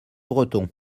bretons